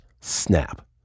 snap